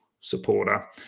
supporter